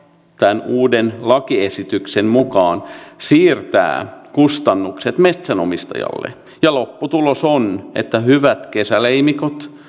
tämän uuden lakiesityksen mukaan siirtää kustannukset metsänomistajalle ja lopputulos on että hyvät kesäleimikot